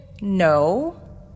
No